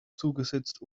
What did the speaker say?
zugesetzt